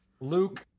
Luke